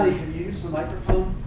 can you use the microphone?